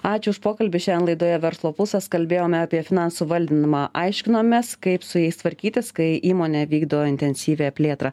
ačiū už pokalbį šiandien laidoje verslo pulsas kalbėjome apie finansų valdymą aiškinomės kaip su jais tvarkytis kai įmonė vykdo intensyvią plėtrą